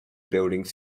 buildings